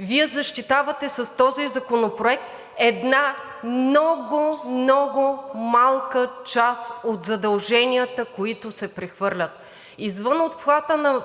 Вие защитавате една много, много малка част от задълженията, които се прехвърлят. Извън обхвата на